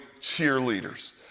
cheerleaders